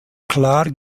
klar